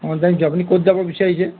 অঁ জানিছোঁ আপুনি ক'ত যাব বিচাৰিছে